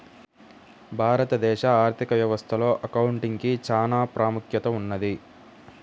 భారతదేశ ఆర్ధిక వ్యవస్థలో అకౌంటింగ్ కి చానా ప్రాముఖ్యత ఉన్నది